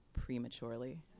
prematurely